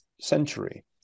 century